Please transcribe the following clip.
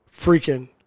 Freaking